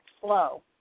slow